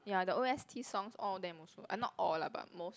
ya the O_S_T songs all them also not all lah but most